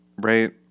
Right